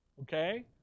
Okay